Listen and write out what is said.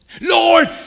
Lord